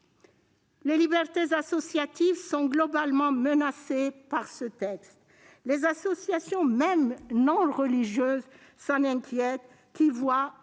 Les libertés associatives sont globalement menacées par ce texte. Les associations, même non religieuses, s'en inquiètent. Elles voient